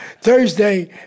Thursday